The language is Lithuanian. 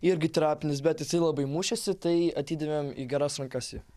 irgi terapinis bet jisai labai mušėsi tai atidavėm į geras rankas jį